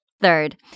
Third